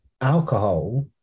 alcohol